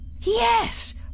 Yes